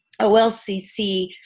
OLCC